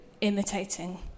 imitating